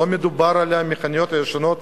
מדובר על המכוניות החדשות.